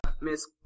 Miss